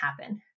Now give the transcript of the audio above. happen